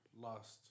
lost